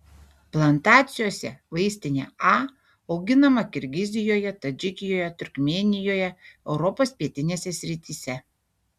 plantacijose vaistinė a auginama kirgizijoje tadžikijoje turkmėnijoje europos pietinėse srityse